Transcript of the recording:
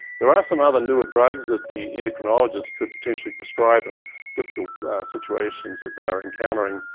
there are some other newer drugs that the endocrinologists could potentially prescribe in difficult situations that they are encountering.